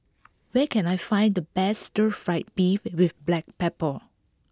where can I find the best Stir Fry Beef with Black Pepper